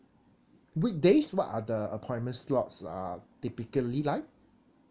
weekdays what are the appointment slots um typically like